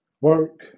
work